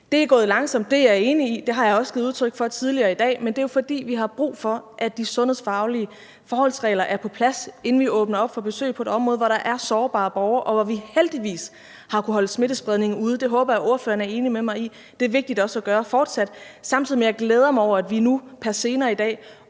Det er gået langsomt, det er jeg enig i, og det har jeg også givet udtryk for tidligere i dag, men det er jo, fordi vi har brug for, at de sundhedsfaglige forholdsregler er på plads, inden vi åbner op for besøg på et område, hvor der er sårbare borgere, og hvor vi heldigvis har kunnet holde smittespredningen ude. Det er vigtigt også at gøre fortsat, og det håber jeg ordføreren er enig med mig i. Samtidig glæder jeg mig over, at vi nu her senere i dag